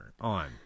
on